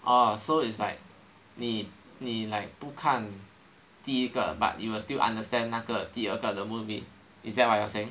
orh so it's like 你不看第一个 but you will still understand 那个第二个的 movie is that what you are saying